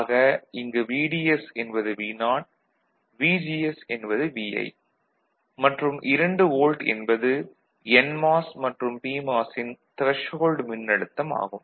ஆக இங்கு VDS என்பது VO VGS என்பது Vi மற்றும் 2 வோல்ட் என்பது என்மாஸ் மற்றும் பிமாஸ் ன் த்ரெஷ்ஹோல்டு மின்னழுத்தம் ஆகும்